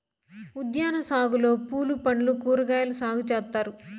ఉద్యాన సాగులో పూలు పండ్లు కూరగాయలు సాగు చేత్తారు